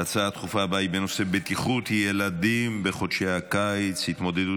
ההצעה הדחופה הבאה: בטיחות ילדים בחודשי הקיץ: התמודדות